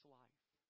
life